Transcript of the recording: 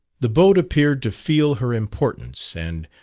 the boat appeared to feel her importance, and,